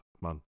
man